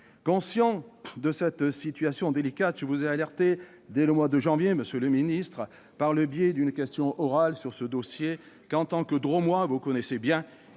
Conscient de cette situation délicate, je vous ai alerté dès le mois de janvier, monsieur le ministre, par le biais d'une question orale sur ce dossier que, en tant que Drômois, vous connaissez bien,